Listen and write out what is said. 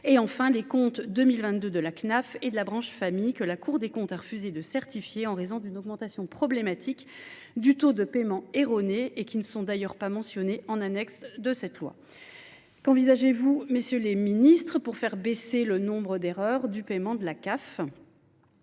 également des comptes pour 2022 de la Cnaf et de la branche famille, que la Cour des comptes a refusé de certifier en raison d’une augmentation problématique du taux de paiements erronés et qui ne sont d’ailleurs pas mentionnés en annexe de cette loi. Qu’envisagez vous, monsieur le ministre, pour faire baisser le nombre d’erreurs de paiement de la CAF ?